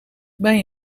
bij